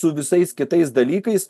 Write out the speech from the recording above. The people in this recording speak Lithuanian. su visais kitais dalykais